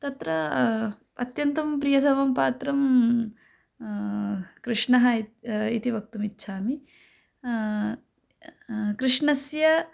तत्र अत्यन्तं प्रियतमं पात्रं कृष्णः इति इति वक्तुम् इच्छामि कृष्णस्य